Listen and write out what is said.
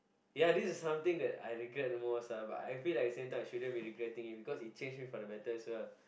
ya this is something that I regret the most ah but I feel that at the same time I shouldn't be regretting because it changed me for the better as well